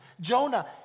Jonah